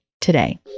today